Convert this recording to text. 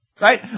right